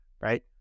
right